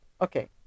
Okay